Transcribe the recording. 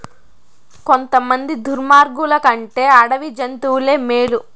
కొంతమంది దుర్మార్గులు కంటే అడవి జంతువులే మేలు